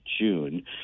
June